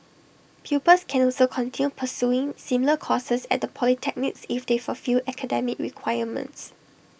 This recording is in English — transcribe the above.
pupils can also continue pursuing similar courses at the polytechnics if they fulfil academic requirements